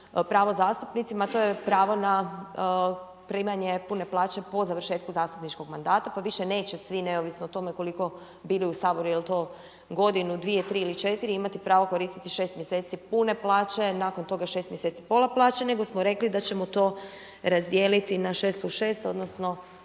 pravo zastupnicima, to je pravo na primanje pune plaće po završetku zastupničkog mandata pa više neće svi, neovisno o tome koliko bili u Saboru, je li to godinu, dvije, tri ili četiri imati pravo koristiti 6 mjeseci pune plaće a nakon toga 6 mjeseci pola plaće nego smo rekli da ćemo to razdijeliti na 6+6 odnosno